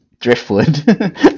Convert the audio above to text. driftwood